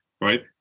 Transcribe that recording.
right